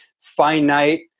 finite